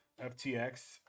FTX